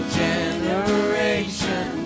generation